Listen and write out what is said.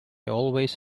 always